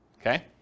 Okay